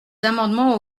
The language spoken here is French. amendements